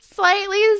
Slightly